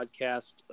podcast